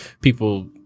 people